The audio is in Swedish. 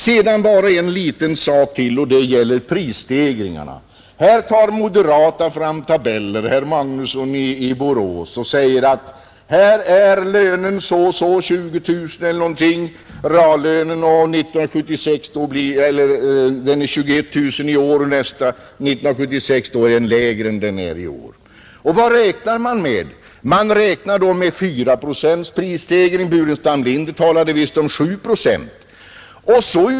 Sedan vill jag bara säga en liten sak till som gäller prisstegringarna, Här tar moderater, bl.a. herr Magnusson i Borås, fram tabeller och säger att reallönen är 21 000 kronor i år, och 1976 är den lägre än i år. Vad räknar man med? Jo, man räknar då med 4 procents prisstegring — herr Burenstam Linder talade visst om 7 procent.